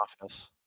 office